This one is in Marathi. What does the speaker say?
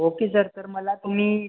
ओके सर तर मला तुम्ही